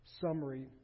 summary